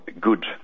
good